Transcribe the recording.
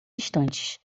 instantes